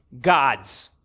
God's